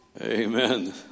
Amen